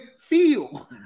Feel